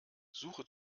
suche